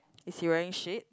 is he wearing shade